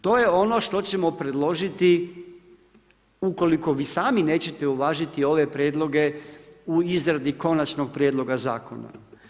To je ono što ćemo predložiti ukoliko vi sami nećete uvažiti ove prijedloge u izradi Konačnog prijedloga zakona.